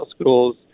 schools